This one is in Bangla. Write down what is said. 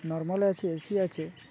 নর্মালও আছে এ সি আছে